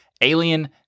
Alien